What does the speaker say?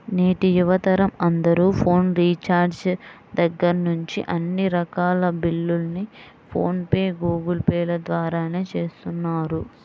నేటి యువతరం అందరూ ఫోన్ రీఛార్జి దగ్గర్నుంచి అన్ని రకాల బిల్లుల్ని ఫోన్ పే, గూగుల్ పే ల ద్వారానే చేస్తున్నారు